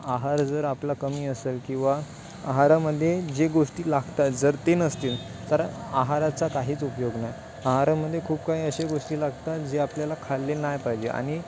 आहार जर आपला कमी असेल किंवा आहारामध्ये जे गोष्टी लागतात जर ते नसतील तर आहाराचा काहीच उपयोग नाही आहारामध्ये खूप काही अशे गोष्टी लागतात जे आपल्याला खाल्ले नाही पाहिजे आणि